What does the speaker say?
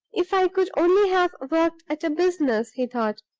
if i could only have worked at a business! he thought.